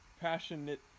passionate